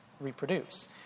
reproduce